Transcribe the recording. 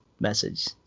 message